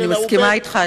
אני מסכימה אתך,